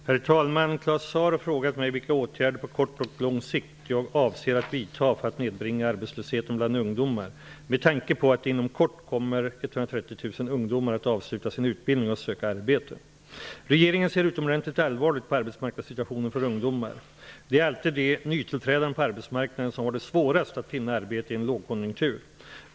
Herr talman! Claus Zaar har frågat mig vilka åtgärder på kort och lång sikt jag avser att vidta för att nedbringa arbetslösheten bland ungdomar med tanke på att 130 000 ungdomar inom kort kommer att avsluta sin utbildning och söka arbete. Regeringen ser utomordentligt allvarligt på arbetsmarknadssituationen för ungdomar. Det är alltid de nytillträdande på arbetsmarknaden som har det svårast att finna arbete i en lågkonjunktur.